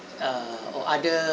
err or other